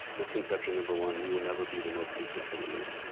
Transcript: misconception number one you will never be the most elite guy in the room.